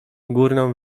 górną